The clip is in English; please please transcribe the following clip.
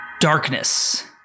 Darkness